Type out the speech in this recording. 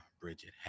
Bridget